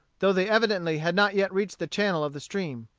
though they evidently had not yet reached the channel of the stream.